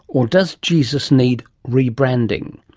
or does jesus need re-branding.